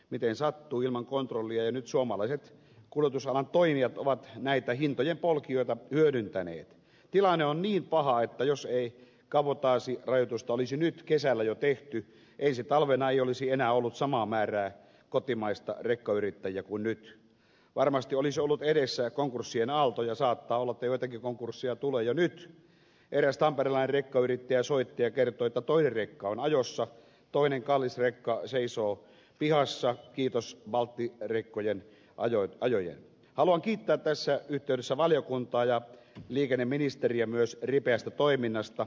miten sattuu ilman kontrollia ja nyt suomalaiset kuljetusalan toimijat ovat näitä hintojen polkijoita hyödyntäneet tilanne on niin paha jos ei kavo pääsi aidosta olisi nyt kesällä jo tehty ensi talvena ei olisi enää ollut samaa määrää kotimaista vaikka yrittäjä kun nyt varmasti olisi ollut edessä konkurssien aaltoja saattaa olla joitakin konkurssia tule jonne eräs tamperelainen kauniit ja soittaja kertoi toinen rekka on ajossa toinen kallis rekka seisoo pihassa kiitos valtti karikkojen ajoitpajoihin haluan kiittää tässä yhteydessä valiokuntaa ja liikenneministeriä myös ripeästä toiminnasta